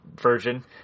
version